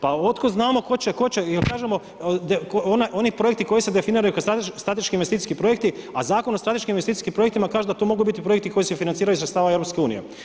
Pa otkud znamo tko će, jer kažemo, oni projekti koji se definiraju kao strateški investicijski projekti, a Zakon o strateškim investicijskim projektima kaže da to mogu biti projekti koji se financiraju iz sredstava EU.